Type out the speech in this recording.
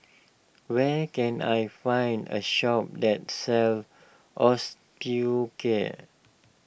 where can I find a shop that sells Osteocare